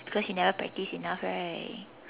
because you never practice enough right